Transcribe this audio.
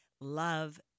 love